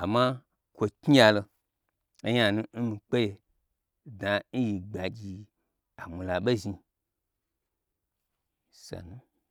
amma kwo knyiyalo onyanu n mi kpeye dna nyi gbagyi amwula ɓozhni so nu.